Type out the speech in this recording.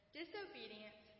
disobedience